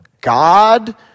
God